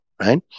right